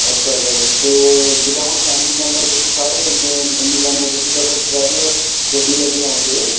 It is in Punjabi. ਅੱਛਾ ਸਰ ਅਤੇ ਜਿੱਦਾਂ ਹੁਣ ਫੈਮਿਲੀ ਮੈਂਬਰ ਤੁਸੀਂ ਸਾਰੇ ਇੰਨੇ ਇੰਨੇ ਜਣੇ ਹੋ ਤੁਸੀਂ ਤਾਂ ਫਿਰ ਟ੍ਰੈਵਲਰ ਗੱਡੀ ਲੈ ਕੇ ਆਊਂਗੇ